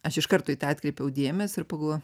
aš iš karto į tą atkreipiau dėmesį ir pagalvojau